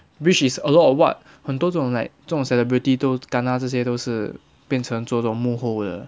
which is a lot of what 很多多种 like 这种 celebrity 都 kena 这些都是变成做到幕后的